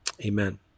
amen